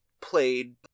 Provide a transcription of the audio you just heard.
played